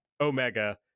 Omega